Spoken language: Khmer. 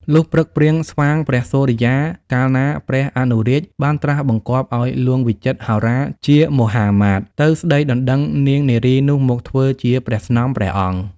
លុះព្រឹកព្រាងស្វាងព្រះសុរិយាកាលណា ព្រះអនុរាជបានត្រាស់បង្គាប់ឲ្យហ្លួងវិចិត្រវោហារជាមហាមាត្រ ទៅស្ដីដណ្ដឹងនាងនារីនោះមកធ្វើជាព្រះស្នំព្រះអង្គ ។